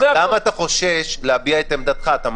נשאלו פה שאלות יסוד שלא קיבלנו עליהן תשובה